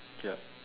ya